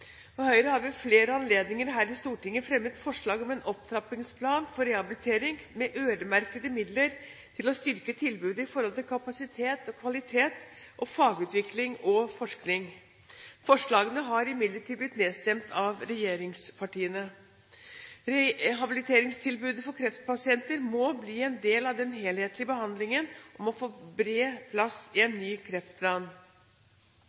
ved flere anledninger her i Stortinget fremmet forslag om en opptrappingsplan for rehabilitering, med øremerkede midler til å styrke tilbudet i forhold til kapasitet, kvalitet, fagutvikling og forskning. Forslagene har imidlertid blitt nedstemt av regjeringspartiene. Rehabiliteringstilbudet for kreftpasienter må bli en del av den helhetlige behandlingen og få bred plass i